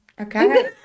Okay